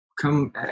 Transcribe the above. come